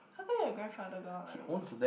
how come your grandfather got a Landrover